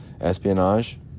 espionage